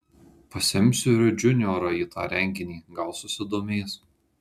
pasiimsiu ir džiuniorą į tą renginį gal susidomės